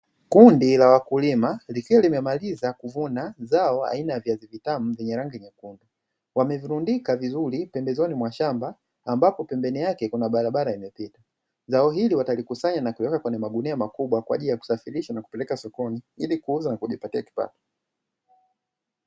Kundi la wakulima likiwa limemaliza kuvuna mazao aina ya viazi vitamu vyenye rangi nyekundu, wamevilundika vizuri pembezoni mwa shamba ambapo pembeni yake kuna barabara imepita, zao hili watalikusanya na kuliweka kwenye magunia makubwa kwa ajili ya kusafirisha na kupeleka sokoni ili kuuza na kujipatia kipato.